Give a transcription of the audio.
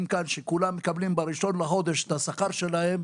כאן שכולם מקבלים ב-1 בחודש את השכר שלהם.